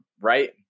right